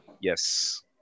Yes